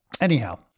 Anyhow